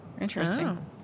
Interesting